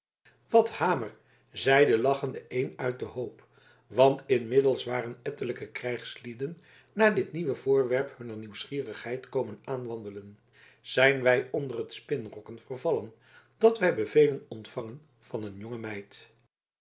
wat hamer zeide lachende een uit den hoop want inmiddels waren ettelijke krijgslieden naar dit nieuwe voorwerp hunner nieuwsgierigheid komen aan wandelen zijn wij onder t spinrokken vervallen dat wij bevelen ontvangen van een jonge meid